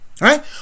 right